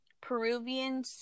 Peruvian